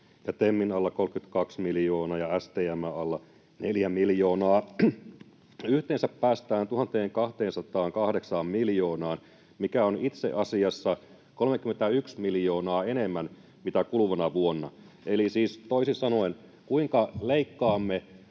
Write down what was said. TEMin alla 32 miljoonaa ja STM:n alla 4 miljoonaa. Yhteensä päästään 1 208 miljoonaan, mikä on itse asiassa 31 miljoonaa enemmän mitä kuluvana vuonna. Eli siis toisin sanoen: se, kuinka leikkaamme